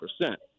percent